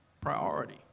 priority